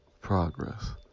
progress